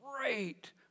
great